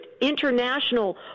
international